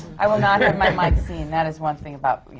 i will not have my mike seen, that is one thing about me.